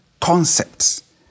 concepts